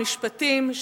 משפטים,